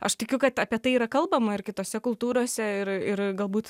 aš tikiu kad apie tai yra kalbama ir kitose kultūrose ir ir galbūt